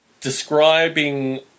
describing